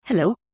Hello